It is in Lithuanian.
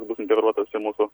bus integruotas į mūsų